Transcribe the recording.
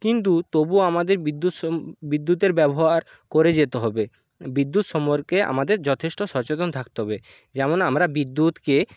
কিন্তু তবুও আমাদের বিদ্যুৎ সোম বিদ্যুতের ব্যবহার করে যেতে হবে বিদ্যুৎ সম্পর্কে আমাদের যথেষ্ট সচেতন থাকতে হবে যেমন আমরা বিদ্যুতকে